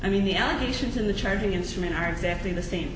i mean the allegations in the charity instrument are exactly the same